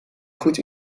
goed